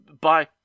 Bye